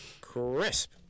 Crisp